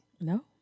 No